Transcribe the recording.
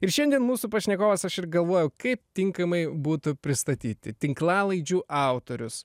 ir šiandien mūsų pašnekovas aš ir galvojau kaip tinkamai būtų pristatyti tinklalaidžių autorius